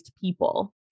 people